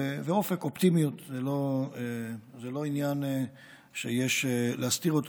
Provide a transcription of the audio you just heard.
ואופק, אופטימיות, זה לא עניין שיש להסתיר אותו.